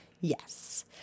Yes